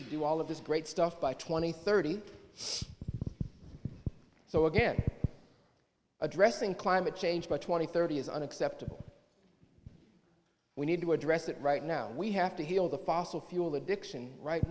to do all of this great stuff by twenty thirty so again addressing climate change by twenty thirty is unacceptable we need to address that right now we have to heal the fossil fuel addiction right